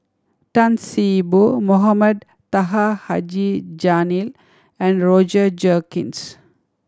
Tan See Boo Mohamed Taha Haji Jamil and Roger Jenkins